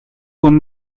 con